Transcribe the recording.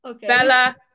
Bella